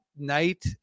Night